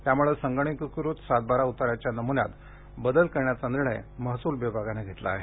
त्याम्ळे संगणकीकृत सात बारा उताऱ्याच्या नम्न्यात बदल करण्याचा निर्णय महसूल विभागानं घेतला आहे